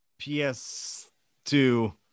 PS2